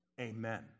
Amen